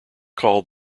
called